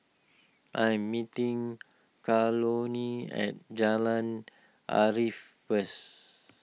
I'm meeting Carolynn at Jalan Arif first